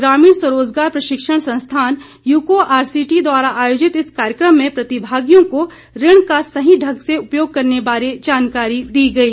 ग्रामीण स्वरोजगार प्रशिक्षण संस्थान यूको आरसिटी द्वारा आयोजित इस कार्यक्रम में प्रतिभागियों को ऋण का सही ढंग से उपयोग करने बारे जानकारी दी गई